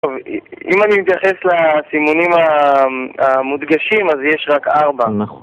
טוב, אם אני מתייחס לסימונים המודגשים, אז יש רק ארבע